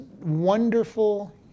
wonderful